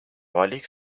valik